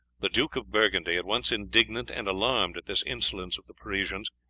the duke of burgundy, at once indignant and alarmed at this insolence of the parisians,